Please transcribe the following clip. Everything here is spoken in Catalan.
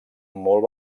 molt